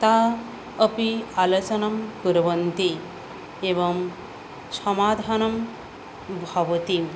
ताः अपि आलोचनं कुर्वन्ति एवं समाधानं भवति